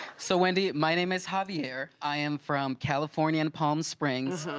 so, wendy, my name is javier, i am from california in palm springs,